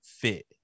fit